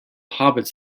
hobbits